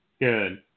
Good